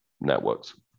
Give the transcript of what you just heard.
networks